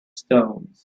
stones